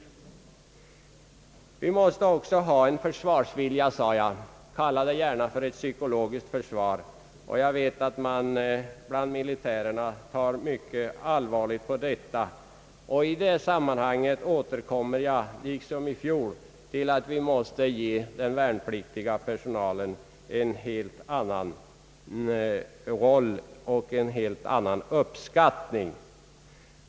Vi måste också ha en försvarsvilja, sade jag — kalla det gärna ett psykologiskt försvar. Jag vet att man bland militärerna tar mycket allvarligt på detta. Här återkommer jag liksom i fjol till att vi måste ge den värnpliktiga personalen en helt annan roll och uppskattning.